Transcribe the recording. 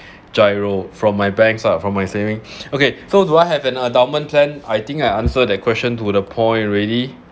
GIRO from my banks ah from my saving okay so do I have an endowment plan I think I answer that question to the point already